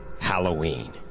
Halloween